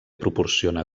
proporciona